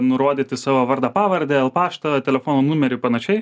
nurodyti savo vardą pavardę el paštą telefono numerį panašiai